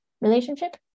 relationship